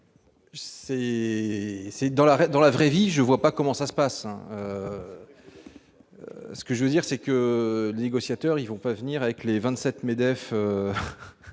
dans la vraie vie, je vois pas comment ça se passe, ce que je veux dire, c'est que les négociateurs, il vont pas venir avec les 27 MEDEF